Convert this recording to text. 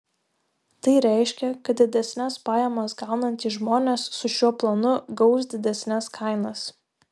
tai reiškia kad didesnes pajamas gaunantys žmonės su šiuo planu gaus didesnes kainas